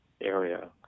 area